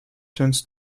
turns